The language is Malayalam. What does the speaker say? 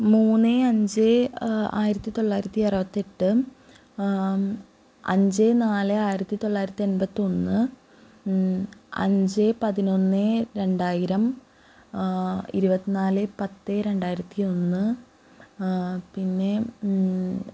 മൂന്ന് അഞ്ചേ ആയിരത്തി തൊള്ളായിരത്തി അറുപത്തെട്ട് അഞ്ച് നാല് ആയിരത്തി തൊള്ളായിരത്തി എൺപത്തൊന്ന് അഞ്ചേ പതിനൊന്ന് രണ്ടായിരം ഇരുപത്തിനാല് പത്ത് രണ്ടായിരത്തി ഒന്ന് പിന്നെ